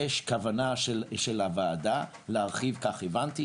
יש עלינו כל כך הרבה מנגנוני